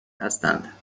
هستند